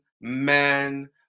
men